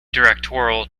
directorial